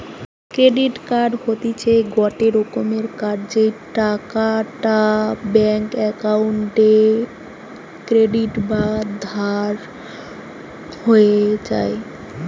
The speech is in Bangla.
ক্রেডিট কার্ড হতিছে গটে রকমের কার্ড যেই টাকাটা ব্যাঙ্ক অক্কোউন্টে ক্রেডিট বা ধার হয়ে যায়